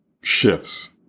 shifts